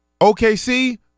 OKC